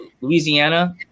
Louisiana